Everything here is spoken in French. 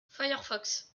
firefox